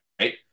right